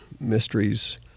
mysteries